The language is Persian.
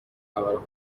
خبر